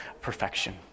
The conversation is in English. perfection